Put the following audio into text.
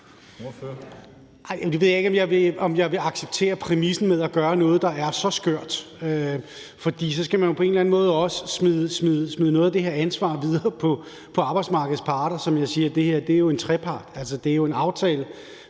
Jeg ved ikke, om jeg vil acceptere præmissen om, at vi gør noget, der er så skørt, for så skal man jo på en eller anden måde også smide noget af det her ansvar videre på arbejdsmarkedets parter. Som jeg siger, er det her jo en trepartsaftale. Altså, det er jo en aftale,